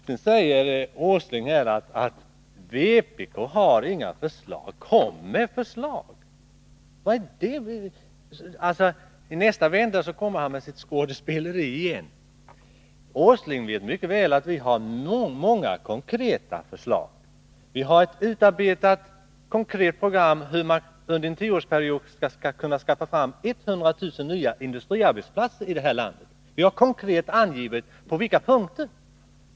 Inästa vända kommer Nils Åsling med sitt skådespeleri igen. Han säger att vpk har inga förslag — kom med förslag! Nils Åsling vet mycket väl att vi har många konkreta förslag. Vi har utarbetat ett konkret program för hur det under en tioårsperiod skall kunna skapas 100 000 nya industriarbetsplatser här i landet. Vi har angivit på vilket sätt det skall ske.